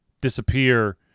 disappear